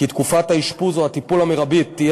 כי תקופת האשפוז או הטיפול המרבית תהיה